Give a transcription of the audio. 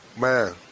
Man